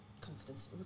confidence